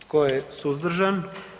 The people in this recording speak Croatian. Tko je suzdržan?